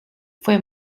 fue